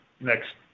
next